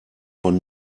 von